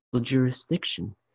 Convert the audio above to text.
jurisdiction